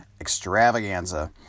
extravaganza